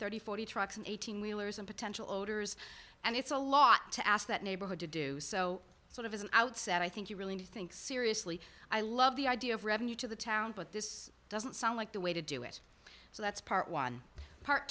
and forty trucks and eighteen wheelers and potential orders and it's a lot to ask that neighborhood to do so sort of his out said i think you really think seriously i love the idea of revenue to the town but this doesn't sound like the way to do it so that's part one part